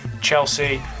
Chelsea